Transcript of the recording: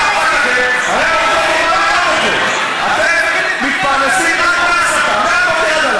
מה אכפת לכם, אתם מתפרנסים רק מהסתה, מהבוקר עד